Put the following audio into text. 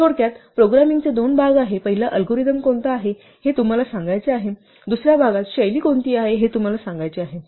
थोडक्यात प्रोग्रामिंगचे दोन भाग आहेत पहिला अल्गोरिदम कोणता आहे हे तुम्हाला सांगायचे आहे दुसऱ्या भागात शैली कोणती आहे हे तुम्हाला सांगायचे आहे